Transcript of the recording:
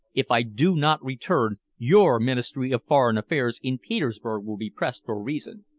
if i do not return, your ministry of foreign affairs in petersburg will be pressed for a reason.